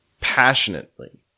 passionately